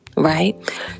Right